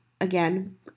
Again